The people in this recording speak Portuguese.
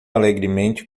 alegremente